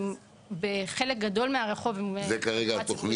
שבחלק גדול מהרחוב -- זו כרגע תכנית